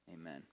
Amen